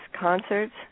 concerts